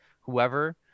whoever